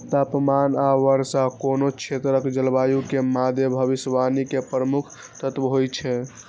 तापमान आ वर्षा कोनो क्षेत्रक जलवायु के मादे भविष्यवाणी के प्रमुख तत्व होइ छै